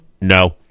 No